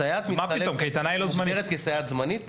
סייעת מתחלפת מוגדרת כסייעת זמנית?